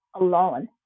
alone